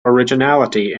originality